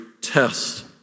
test